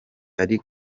ari